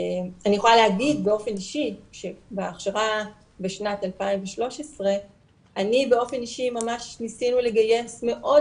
אני יכולה להגיד באופן אישי שבהכשרה בשנת 2013 ממש ניסינו לגייס מאוד